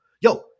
Yo